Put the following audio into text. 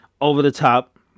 over-the-top